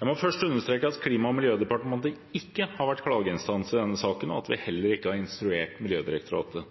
Jeg må først understreke at Klima- og miljødepartementet ikke har vært klageinstans i denne saken, og at vi heller ikke har instruert Miljødirektoratet.